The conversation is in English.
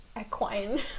equine